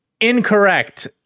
incorrect